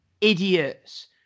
idiots